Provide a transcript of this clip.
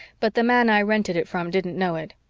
but the man i rented it from didn't know it.